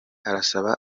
arasaba